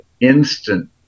instant